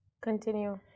continue